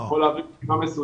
אני יכול להביא רשימה מסודרת,